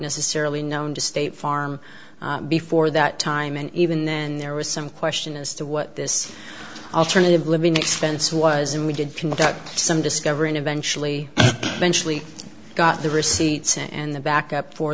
necessarily known to state farm before that time and even then there was some question as to what this alternative living expense was and we did conduct some discovery and eventually eventually got the receipts and the backup for